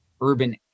urban